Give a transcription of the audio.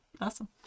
Awesome